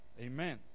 Amen